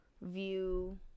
view